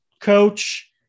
coach